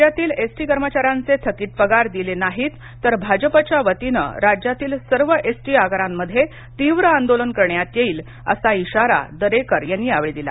राज्यातील एसटी कर्मचाऱ्यांचे थकीत पगार दिले नाहीत तर भाजपच्या वतीने राज्यातील सर्व एसटी आगारांमध्ये तीव्र आंदोलन करण्यात येईल असा इशारा दरेकर यांनी यावेळी दिला